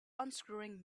unscrewing